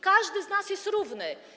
Każdy z nas jest równy.